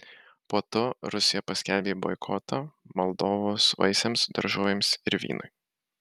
po to rusija paskelbė boikotą moldovos vaisiams daržovėms ir vynui